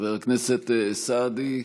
חבר הכנסת סעדי,